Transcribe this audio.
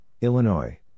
Illinois